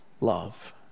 love